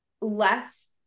Less